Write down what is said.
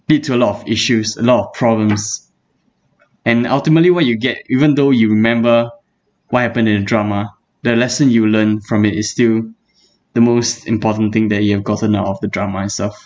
lead to a lot of issues a lot of problems and ultimately what you get even though you remember what happen in the drama the lesson you learn from it is still the most important thing that you have gotten out of the drama and stuff